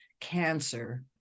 cancer